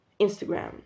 Instagram